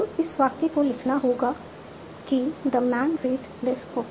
तो इस वाक्य को लिखना होगा कि the man read this book